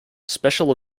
special